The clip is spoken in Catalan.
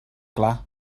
clar